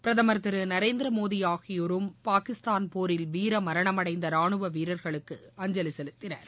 பிரதமர் திரு நரேந்திர மோடி ஆகியோரும் பாகிஸ்தான் போரில் வீர மரணமடைந்த ரானுவ வீரர்களுக்கு அஞ்சலி செலுத்தினர்